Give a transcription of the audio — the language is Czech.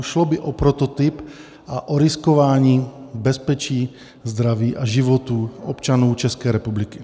Šlo by o prototyp a o riskování bezpečí, zdraví a životů občanů České republiky.